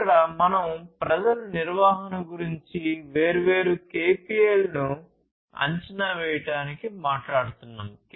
ఇక్కడ మనం ప్రజల నిర్వహణ గురించి వేర్వేరు KPI లను అంచనా వేయడానికి మాట్లాడుతున్నాము